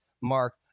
Mark